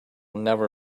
never